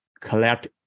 collect